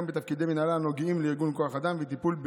בתפקידי מינהלה הנוגעים לארגון כוח אדם וטיפול,